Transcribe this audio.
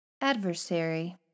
adversary